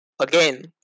again